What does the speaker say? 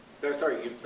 Sorry